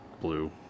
blue